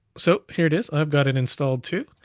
so here it is. i've got an installed too,